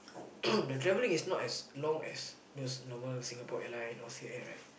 the travelling is not as long as those normal Singapore-Airline or SilkAir right